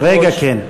רגע, כן.